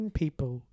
people